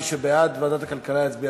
מי שבעד ועדת הכלכלה יצביע